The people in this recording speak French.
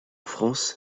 france